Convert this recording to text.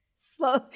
Slow